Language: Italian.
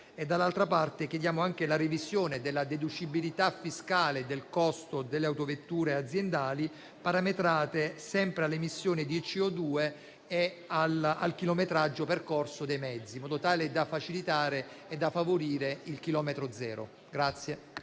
dall'altra, chiediamo anche la revisione della deducibilità fiscale del costo delle autovetture aziendali, parametrate sempre all'emissione di CO2 e al chilometraggio percorso dai mezzi, in modo tale da facilitare e da favorire il chilometro zero.